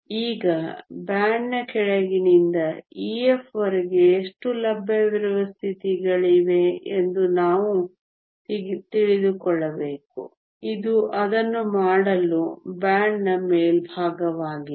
ಈಗ ಬ್ಯಾಂಡ್ನ ಕೆಳಗಿನಿಂದ Ef ವರೆಗೆ ಎಷ್ಟು ಲಭ್ಯವಿರುವ ಸ್ಥಿತಿಗಳಿವೆ ಎಂದು ನಾವು ತಿಳಿದುಕೊಳ್ಳಬೇಕು ಇದು ಅದನ್ನು ಮಾಡಲು ಬ್ಯಾಂಡ್ನ ಮೇಲ್ಭಾಗವಾಗಿದೆ